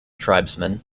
tribesman